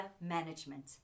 management